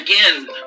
again